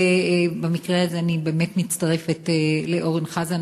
ובמקרה הזה אני באמת מצטרפת לאורן חזן,